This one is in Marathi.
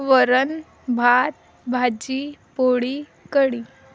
वरण भात भाजी पोळी कढी